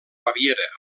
baviera